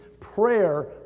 Prayer